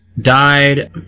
died